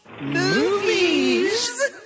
Movies